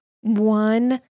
one